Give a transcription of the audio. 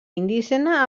indígena